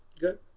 good